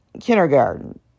kindergarten